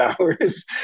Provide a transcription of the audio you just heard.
hours